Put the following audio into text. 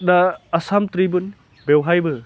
दा आसाम ट्रिबुन बेवहायबो